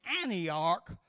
Antioch